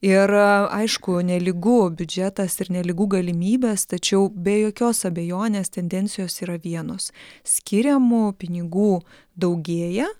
ir aišku nelygu biudžetas ir nelygu galimybės tačiau be jokios abejonės tendencijos yra vienos skiriamų pinigų daugėja